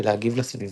ולהגיב לסביבה.